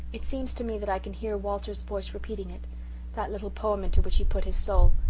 it seems to me that i can hear walter's voice repeating it that little poem into which he put his soul,